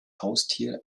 haustier